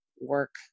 work